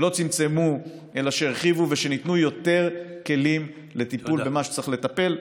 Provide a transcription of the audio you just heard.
שלא צמצמו אלא שהרחיבו ושניתנו יותר כלים לטיפול במה שצריך לטפל.